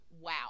wow